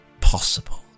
possible